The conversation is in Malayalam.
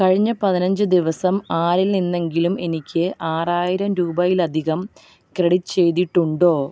കഴിഞ്ഞ പതിനഞ്ച് ദിവസം ആരിൽ നിന്നെങ്കിലും എനിക്ക് ആറായിരം രൂപയിലധികം ക്രെഡിറ്റ് ചെയ്തിട്ടുണ്ടോ